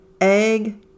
egg